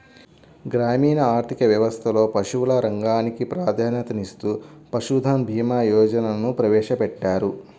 గ్రామీణ ఆర్థిక వ్యవస్థలో పశువుల రంగానికి ప్రాధాన్యతనిస్తూ పశుధన్ భీమా యోజనను ప్రవేశపెట్టారు